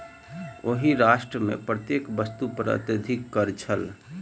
ओहि राष्ट्र मे प्रत्येक वस्तु पर अत्यधिक कर छल